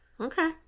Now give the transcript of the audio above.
Okay